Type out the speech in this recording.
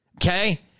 Okay